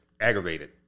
aggravated